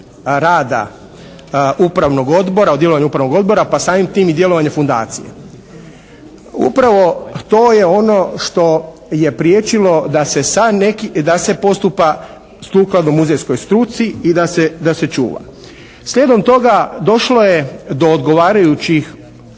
upravnog odbora pa samim tim i djelovanje fundacije. Upravo to je ono što je priječilo da se postupa sukladno muzejskoj struci i da se čuva. Slijedom toga došlo je do odgovarajućih